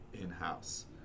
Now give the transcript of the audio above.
in-house